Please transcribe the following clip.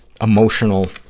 emotional